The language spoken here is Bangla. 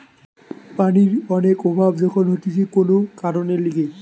পানির অনেক অভাব যখন হতিছে কোন কারণের লিগে